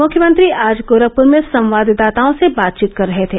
मुख्यमंत्री आज गोरखपुर में संवाददाताओं से बातचीत कर रहे थे